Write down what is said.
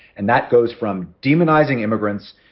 and that goes from demonizing immigrants,